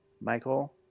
Michael